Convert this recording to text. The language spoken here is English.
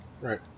right